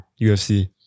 UFC